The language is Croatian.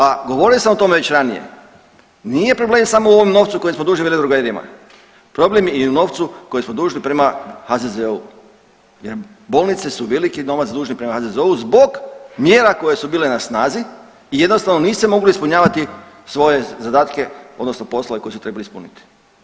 A govorio sam o tome već ranije, nije problem samo u ovom novcu koji smo dužni veledrogerijama, problem je i u novcu koji smo dužni prema HZZO-u jer nam bolnice su veliki novac dužni prema HZZO-u zbog mjera koje su bile na snazi i jednostavno nije se moglo ispunjavati svoje zadatke odnosno poslove koje su trebali ispuniti.